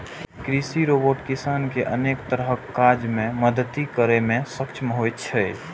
कृषि रोबोट किसान कें अनेक तरहक काज मे मदति करै मे सक्षम होइ छै